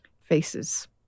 faces